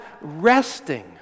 resting